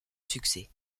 succès